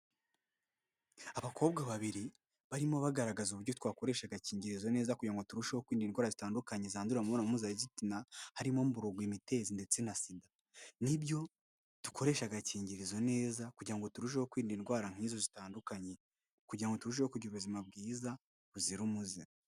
Abakobwa babiri barimo bagaragaza uburyo twakoresha agakingirizo neza kugira ngo turusheho kwirinda indwara zitandukanye zandurira mu imibonano mpuzabitsina harimo: mburugu, imitezi ndetse na sida. Nibyo dukoresha agakingirizo neza kugira ngo turusheho kwirinda indwara nk'izo zitandukanye kugira ngo turusheho kugira ubuzima bwiza buzira umuze.